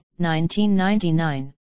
1999